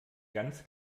ganz